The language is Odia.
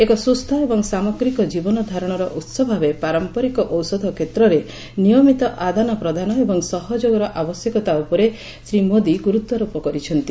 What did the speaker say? ଏକ ସୁସ୍ଥ ଏବଂ ସାମଗ୍ରୀକ ଜୀବନ ଧାରଣର ଉହ ଭାବେ ପାରମ୍ପରିକ ଔଷଧ କ୍ଷେତ୍ରରେ ନିୟମିତ ଆଦାନ ପ୍ରଦାନ ଏବଂ ସହଯୋଗର ଆବଶ୍ୟକତା ଉପରେ ଶ୍ରୀ ମୋଦୀ ଗୁରୁତ୍ୱ ଆରୋପ କରିଛନ୍ତି